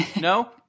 No